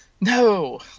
no